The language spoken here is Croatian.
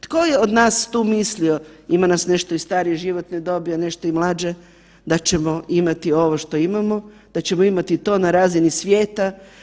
Tko je od nas tu mislio, imam nas nešto i starije životne dobi, a nešto i mlađe da ćemo imati ovo što imamo, da ćemo imati to na razini svijeta?